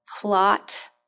plot